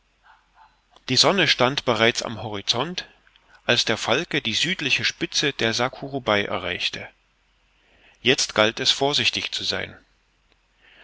die sonne stand bereits am horizont als der falke die südliche spitze der sakurubai erreichte jetzt galt es vorsichtig zu sein